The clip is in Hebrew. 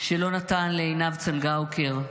שלא נתן לעינב צנגאוקר,